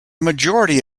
majority